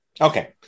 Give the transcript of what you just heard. Okay